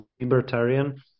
libertarian